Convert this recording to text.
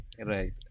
right